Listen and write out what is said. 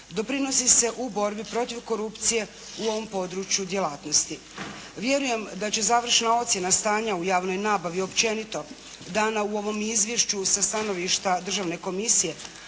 doprinosi se u borbi protiv korupcije u ovom području djelatnosti. Vjerujem da će završna ocjena stanja u javnoj nabavi općenito dana u ovom izvješću sa stanovišta državne komisije,